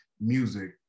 music